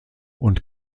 und